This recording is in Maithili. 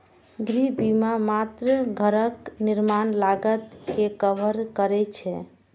गृह बीमा मात्र घरक निर्माण लागत कें कवर करै छै